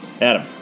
Adam